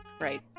Right